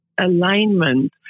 alignment